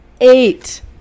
eight